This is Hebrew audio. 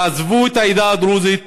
תעזבו את העדה הדרוזית,